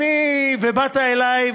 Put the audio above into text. באת אלי,